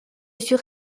sur